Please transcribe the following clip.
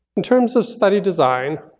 in terms of study design,